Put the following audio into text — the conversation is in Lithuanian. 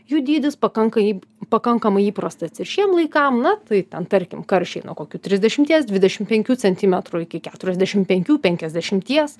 jų dydis pakanka jį pakankamai įprastas ir šiem laikam na tai ten tarkim karšiai nuo kokių trisdešimties dvidešim penkių centimetrų iki keturiasdešim penkių penkiasdešimties